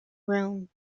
room